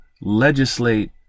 legislate